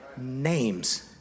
Names